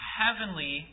heavenly